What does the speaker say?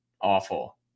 awful